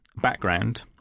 Background